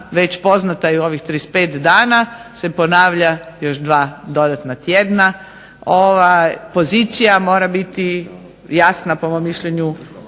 već poznata i u ovih 35 dana se ponavlja još 2 dodatna tjedna. Ova pozicija mora biti jasna, po mom mišljenju,